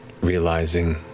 realizing